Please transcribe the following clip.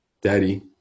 Daddy